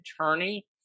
attorney